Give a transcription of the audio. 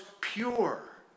pure